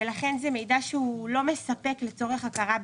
לכן זה מידע שלא מספק לצורך הכרה בוותק.